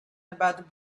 about